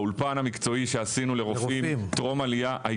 האולפן המקצוע שעשינו לרופאים טרום עלייה,